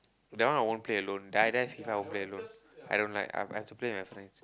that one I won't play alone die die FIFA I won't play alone I don't like I I have to play with my friends